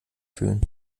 fühlen